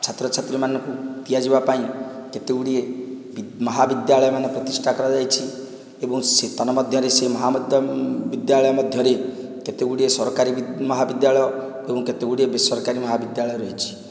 ଛାତ୍ରଛାତ୍ରୀ ମାନଙ୍କୁ ଦିଆଯିବାପାଇଁ କେତେଗୁଡ଼ିଏ ବିଦ୍ ମହାବିଦ୍ୟାଳୟ ମାନ ପ୍ରତିଷ୍ଠା କରାଯାଇଛି ଏବଂ ତନ୍ମଧ୍ୟରେ ସେ ମହାବିଦ୍ୟାଳୟ ମଧ୍ୟରେ କେତେଗୁଡ଼ିଏ ସରକାରୀ ମହାବିଦ୍ୟାଳୟ ଏବଂ କେତେଗୁଡ଼ିଏ ବେସରକାରୀ ମହାବିଦ୍ୟାଳୟ ରହିଛି